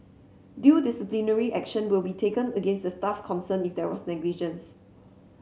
due disciplinary action will be taken against the staff concerned if there was negligence